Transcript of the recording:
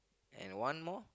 and one more